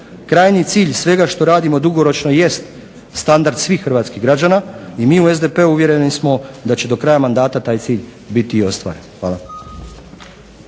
Krajnji cilj svega što radimo dugoročno jest standard svih hrvatskih građana i mi u SDP-u uvjereni smo da će do kraja mandata taj cilj biti i ostvaren. Hvala.